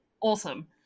awesome